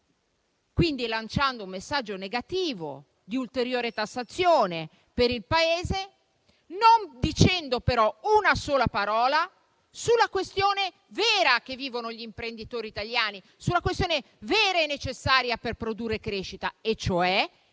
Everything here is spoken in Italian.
quindi un messaggio negativo di ulteriore tassazione per il Paese, senza dire però una sola parola sulla questione vera che vivono gli imprenditori italiani, che è vera e necessaria per produrre crescita. Mi